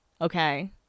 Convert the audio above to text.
Okay